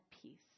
peace